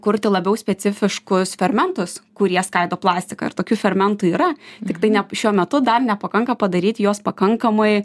kurti labiau specifiškus fermentus kurie skaido plastiką ir tokių fermentų yra tiktai ne šiuo metu dar nepakanka padaryt juos pakankamai